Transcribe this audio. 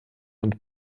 und